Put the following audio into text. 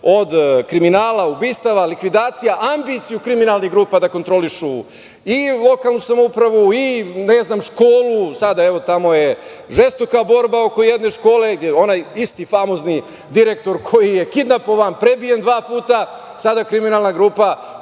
od kriminala, ubistava, likvidacija, ambiciju kriminalnih grupa da kontrolišu i lokalnu samoupravu i školu. Sada, evo, tamo je žestoka borba oko jedne škole, gde je onaj isti famozni direktor koji je kidnapovan, prebijen dva puta, sada kriminalna grupa